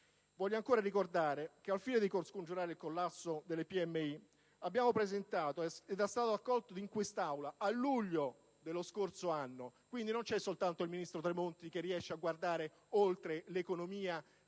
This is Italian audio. Voglio ancora ricordare che al fine di scongiurare il collasso delle piccole e medie imprese è stato presentato ed accolto in quest'Aula, a luglio dello scorso anno - dunque non soltanto il ministro Tremonti riesce a guardare oltre l'economia